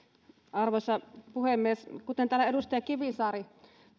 arvoisa puhemies kuten täällä edustaja kivisaari